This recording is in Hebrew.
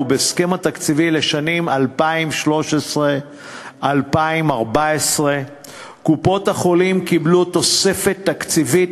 ובהסכם התקציבי לשנים 2013 2014 קופות-החולים קיבלו תוספת תקציבית